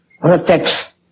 protects